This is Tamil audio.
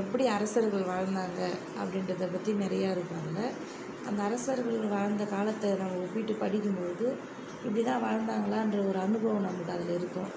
எப்படி அரசர்கள் வாழ்ந்தாங்க அப்படின்றத பற்றி நிறைய இருக்கும் அதில் அந்த அரசர்கள் வாழ்ந்த காலத்தை நம்ம ஒப்பிட்டு படிக்கும் போது இப்படி தான் வாழ்ந்தாங்களான்ற ஒரு அனுபவம் நமக்கு அதில் இருக்கும்